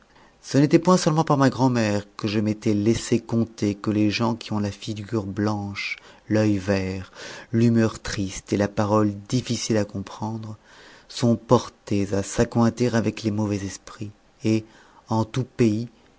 ce n'était point seulement par ma grand'mère que je m'étais laissé conter que les gens qui ont la figure blanche l'oeil vert l'humeur triste et la parole difficile à comprendre sont portés à s'accointer avec les mauvais esprits et en tout pays